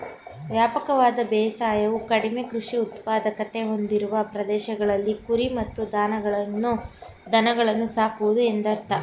ವ್ಯಾಪಕವಾದ ಬೇಸಾಯವು ಕಡಿಮೆ ಕೃಷಿ ಉತ್ಪಾದಕತೆ ಹೊಂದಿರುವ ಪ್ರದೇಶಗಳಲ್ಲಿ ಕುರಿ ಮತ್ತು ದನಗಳನ್ನು ಸಾಕುವುದು ಎಂದರ್ಥ